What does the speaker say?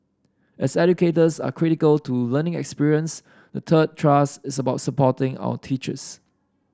as educators are critical to learning experience the third thrust is about supporting our teachers